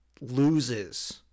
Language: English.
loses